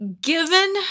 given